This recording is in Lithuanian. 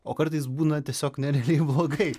o kartais būna tiesiog nerealiai blogai